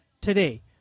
today